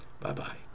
Bye-bye